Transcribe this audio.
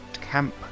camp